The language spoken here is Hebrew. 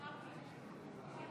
עמדתו של ראש הממשלה התקבלה.